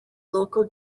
local